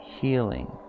healing